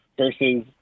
versus